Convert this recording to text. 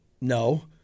No